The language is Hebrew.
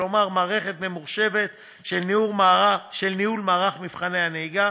כלומר מערכת ממוחשבת של ניהול מערך מבחני הנהיגה